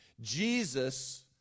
Jesus